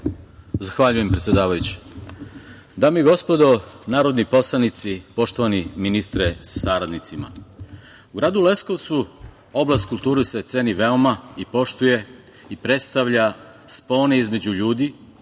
Zahvaljujem, predsedavajuća. Dame i gospodo narodni poslanici, poštovani ministre sa saradnicima, u gradu Leskovcu oblast kulture se ceni veoma i poštuje i predstavlja spone između ljudi,